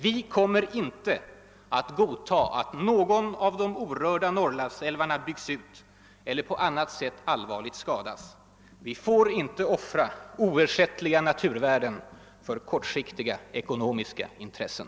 Vi kommer inte att godta att någon av de stora orörda Norrlandsälvarna byggs ut eller på annat sätt allvarligt skadas. Vi får inte offra oersättliga naturvärden för kortsiktiga ekonomiska intressen.